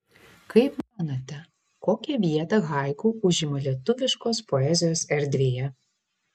kaip manote kokią vietą haiku užima lietuviškos poezijos erdvėje